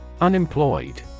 Unemployed